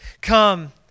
come